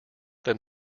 then